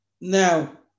Now